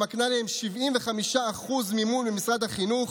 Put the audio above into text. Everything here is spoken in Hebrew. שמקנות להם 75% ממשרד החינוך,